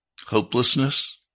Hopelessness